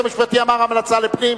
הפסקה דקה ואתן לכל אחד לתת ציונים.